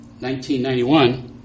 1991